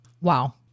wow